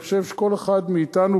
אני חושב שכל אחד מאתנו,